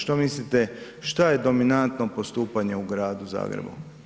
Što mislite šta je dominantno postupanje u Gradu Zagrebu?